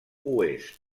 oest